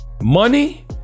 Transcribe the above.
money